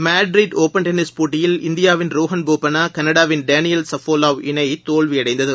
Madrid doubles tennis போட்டியில் இந்தியாவின் ரோஹன் போபண்ணா கனடாவின் டேனியல் சபோவலோவ் இணை தோல்வியடைந்தது